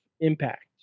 impact